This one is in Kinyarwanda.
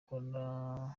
akora